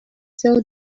tell